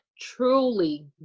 truly